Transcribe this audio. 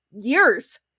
years